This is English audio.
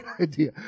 idea